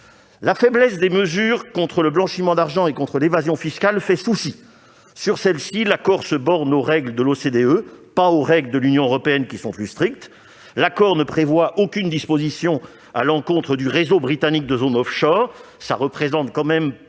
La faiblesse des mesures contre le blanchiment d'argent et contre l'évasion fiscale pose problème. Sur cette dernière, l'accord se borne aux règles de l'OCDE et non à celles de l'Union européenne, qui sont plus strictes. L'accord ne prévoit aucune disposition à l'encontre du réseau britannique de zones offshore, qui représente tout de même